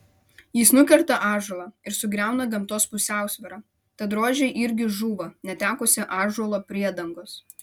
jis nukerta ąžuolą ir sugriauna gamtos pusiausvyrą tad rožė irgi žūva netekusi ąžuolo priedangos